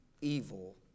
evil